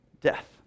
death